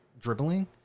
dribbling